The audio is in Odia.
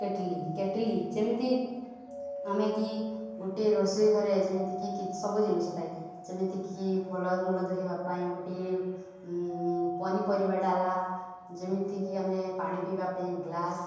କେଟିଲି କେଟିଲି ଯେମିତି ଆମେ କି ଗୋଟିଏ ରୋଷେଇ ଘରେ ଯେମିତିକି କିଛି ସବୁ ଜିନିଷ ଥାଏ ଯେମିତିକି ଫଲମୂଲ ଧୋଇବା ପାଇଁ ଗୋଟିଏ ପନିପରିବା ଡ଼ାଲା ଯେମିତିକି ଆମେ ପାଣି ପିଇବା ପାଇଁ ଗ୍ଲାସ୍